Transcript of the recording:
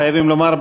חייבים לומר,